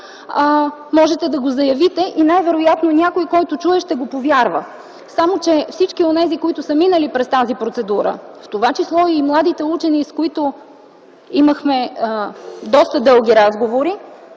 Можете да го заявите и най-вероятно някой, който чуе, ще го повярва. Само че всички онези, които са минали през тази процедура, в това число и младите учени, с които имахме доста дълги разговори...